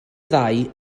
ddau